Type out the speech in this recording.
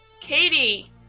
Katie